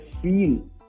feel